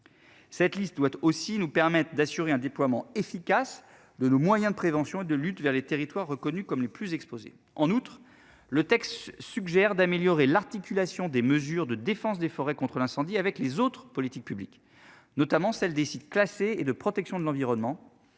Cette liste doit aussi nous permettent d'assurer un déploiement efficace de nos moyens de prévention et de lutte vers les territoires reconnus comme les plus exposés en outre le texte suggère d'améliorer l'articulation des mesures de défense des forêts contre l'incendie avec les autres politiques publiques, notamment celle des sites classés et de protection de l'environnement